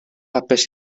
hapus